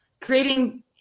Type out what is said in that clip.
creating